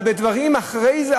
אבל בדברים אחרי זה,